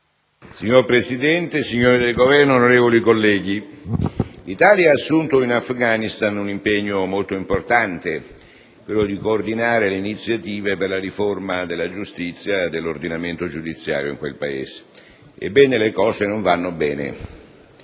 Signor Presidente, signori del Governo, onorevoli colleghi, l'Italia ha assunto in Afghanistan un impegno molto importante, quello di coordinare le iniziative per la riforma della giustizia e dell'ordinamento giudiziario in quel Paese. Ebbene, le cose non vanno bene: